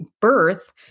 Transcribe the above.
birth